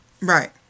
Right